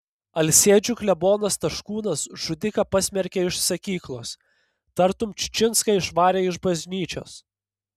alsėdžių klebonas taškūnas žudiką pasmerkė iš sakyklos tartum čičinską išvarė iš bažnyčios